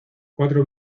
cuatro